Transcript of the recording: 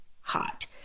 hot